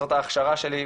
זאת ההכשרה שלי,